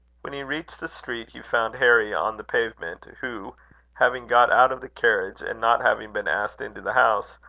when he reached the street, he found harry on the pavement, who having got out of the carriage, and not having been asked into the house,